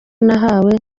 nahawe